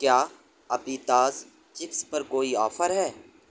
کیا اپیتاز چپس پر کوئی آفر ہے